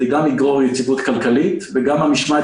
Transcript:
זה גם יגרור יציבות כלכלית וגם המשמעת